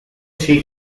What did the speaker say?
she